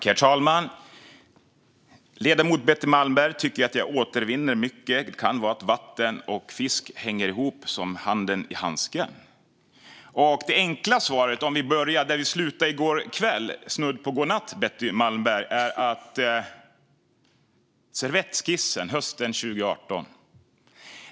Herr talman! Ledamoten Betty Malmberg tycker att jag återvinner mycket. Det kan bero på att vatten och fisk hänger ihop som handen och handsken. För att börja där vi slutade i går kväll - det var snudd på dags att säga god natt, Betty Malmberg - är det enkla svaret servettskissen hösten 2018.